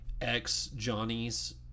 ex-Johnny's